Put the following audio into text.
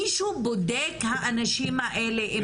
מישהו בודק האנשים האלה?